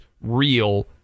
real